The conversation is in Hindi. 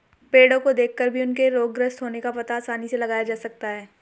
पेड़ो को देखकर भी उनके रोगग्रस्त होने का पता आसानी से लगाया जा सकता है